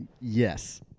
Yes